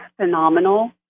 phenomenal